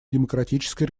демократической